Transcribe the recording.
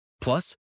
Plus